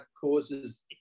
causes